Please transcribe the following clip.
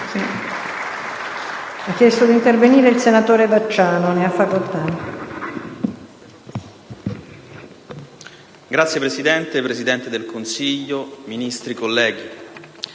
Signora Presidente, Presidente del Consiglio, Ministri, colleghi,